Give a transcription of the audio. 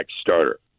starter